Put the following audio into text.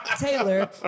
Taylor